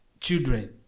children